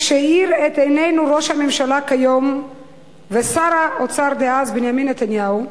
כשהאיר את עינינו ראש הממשלה כיום ושר האוצר דאז בנימין נתניהו,